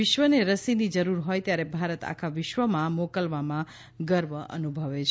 વિશ્વને રસીની જરૂર હોય ત્યારે ભારત આખા વિશ્વમાં મોકલવામાં ગર્વ અનુભવે છે